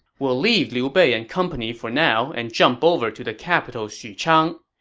we'll leave liu bei and company for now and jump over to the capital xuchang.